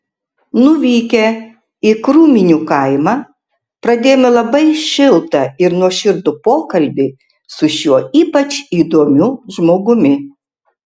nuvykę į krūminių kaimą pradėjome labai šiltą ir nuoširdų pokalbį su šiuo ypač įdomiu žmogumi